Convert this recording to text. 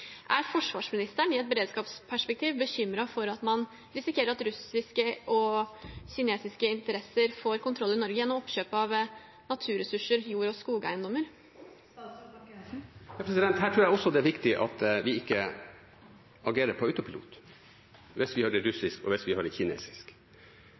Er forsvarsministeren i et beredskapsperspektiv bekymret for at man risikerer at russiske og kinesiske interesser får kontroll i Norge gjennom oppkjøp av naturressurser, jord- og skogeiendommer? Her tror jeg det er viktig at vi ikke agerer på autopilot hvis vi hører «russisk», og hvis vi hører «kinesisk». Det